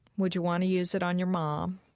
would you want to use it on your mom?